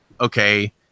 okay